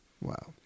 Wow